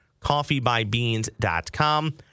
coffeebybeans.com